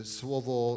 słowo